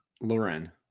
Lauren